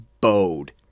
bowed